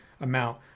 amount